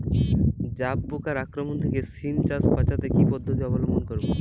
জাব পোকার আক্রমণ থেকে সিম চাষ বাচাতে কি পদ্ধতি অবলম্বন করব?